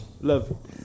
Love